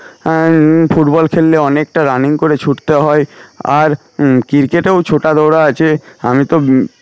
football খেললে অনেকটা running করে ছুটতে হয় আর ক্রিকেটেও ছোটা দৌড়া আছে আমি তো